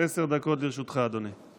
עשר דקות לרשותך, אדוני.